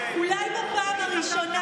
אולי בפעם הראשונה,